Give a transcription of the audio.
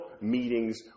meetings